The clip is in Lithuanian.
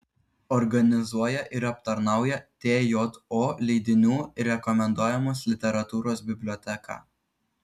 organizuoja ir aptarnauja tjo leidinių ir rekomenduojamos literatūros biblioteką